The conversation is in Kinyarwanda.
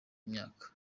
n’imyaka